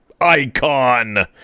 icon